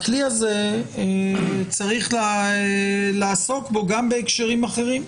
בכלי הזה צריך לעסוק גם בהקשרים אחרים,